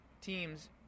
teams